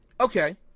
Okay